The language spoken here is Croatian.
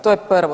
To je prvo.